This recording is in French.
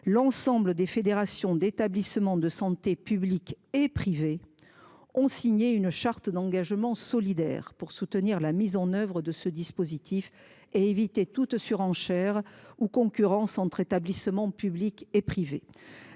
L’ensemble des fédérations d’établissements publics et privés de santé ont signé une charte d’engagement solidaire pour soutenir la mise en œuvre de ce dispositif et éviter toute surenchère ou concurrence entre les établissements publics et privés.